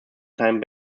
time